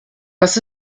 was